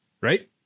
Right